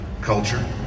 culture